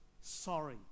sorry